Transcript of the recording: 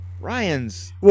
Ryan's